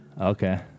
Okay